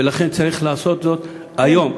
ולכן צריך לעשות זאת היום.